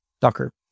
Docker